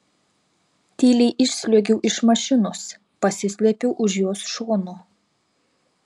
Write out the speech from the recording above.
tyliai išsliuogiau iš mašinos pasislėpiau už jos šono